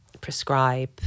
prescribe